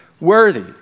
worthy